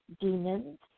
Demons